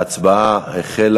ההצבעה החלה.